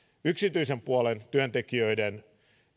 yksityisen puolen työntekijöiden